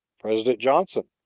president johnson,